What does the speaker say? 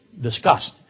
discussed